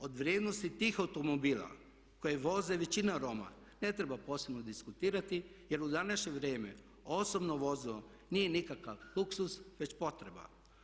O vrijednosti tih automobila koje vozi većina Roma ne treba posebno diskutirati jer u današnje vrijeme osobno vozilo nije nikakav luksuz već potreba.